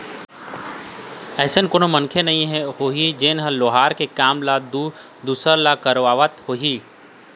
अइसे कोनो मनखे नइ होही जेन लोहार के काम ल दूसर करा करवात होही